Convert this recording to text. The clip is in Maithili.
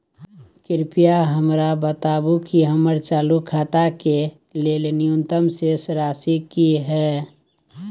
कृपया हमरा बताबू कि हमर चालू खाता के लेल न्यूनतम शेष राशि की हय